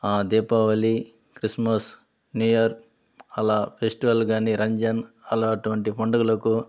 Deepavali Christmas new year అలా festival కానీ రంజాన్ అలా అటువంటి పండుగలకు